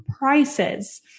prices